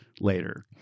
later